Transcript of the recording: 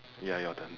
ya your turn